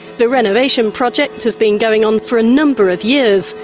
the renovation project has been going on for a number of years.